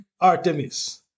Artemis